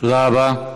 תודה רבה.